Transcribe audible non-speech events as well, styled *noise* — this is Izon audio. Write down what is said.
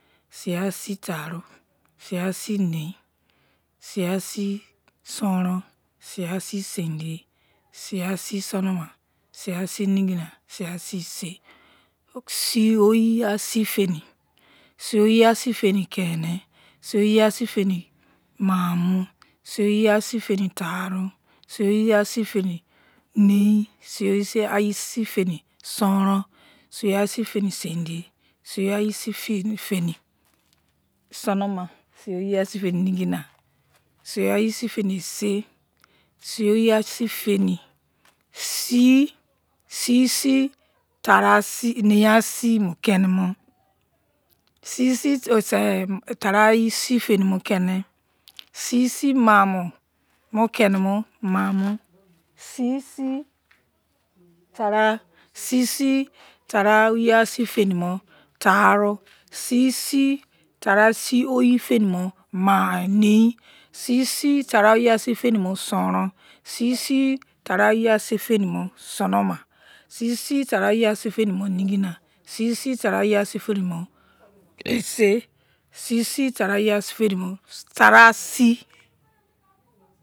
Siyasi taru, siyasi nein, siyasi soron siyasi seindie, siyasi sonoma, siyasi nigina, siyasi ese, sioyiya sifini, si oyiya sifini keni, si oyiya sifini mamu, sioyi ya sifini taru, si oyiya sifini nein, si oyiya sifini soron, si oyiya sifini seindie, si oyiya sifini sonoma, si oyiya sifini nigina, si oyiya sifini ese, si oyiya sifini sei, sisi nein asi mu kenimo, *hesitation* sisi nein asi mu manumo, sisi tarausi fini mo taru, sisi tarau oyi sifini mo nein, sisi tarau oyi sifini soron, sisi tarausifini mo sonoma, sisi tarausi fini mo ese, sisi tarausifini mo tarausi.